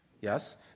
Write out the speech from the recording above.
Yes